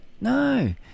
no